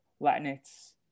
Latinx